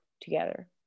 together